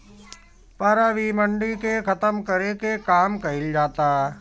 पर अब इ मंडी के खतम करे के काम कइल जाता